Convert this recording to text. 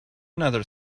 another